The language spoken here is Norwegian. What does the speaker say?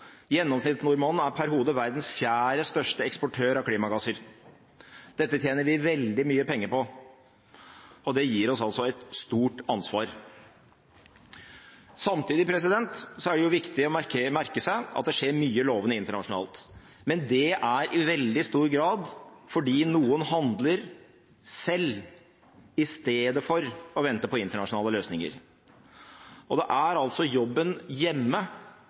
Gjennomsnittsnordmannen er per hode verdens fjerde største eksportør av klimagasser. Dette tjener vi veldig mye penger på, og det gir oss et stort ansvar. Samtidig er det viktig å merke seg at det skjer mye lovende internasjonalt, men det er i veldig stor grad fordi noen handler selv, i stedet for å vente på internasjonale løsninger. Det er altså jobben hjemme